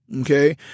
okay